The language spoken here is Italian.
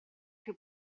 più